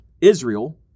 Israel